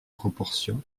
proportions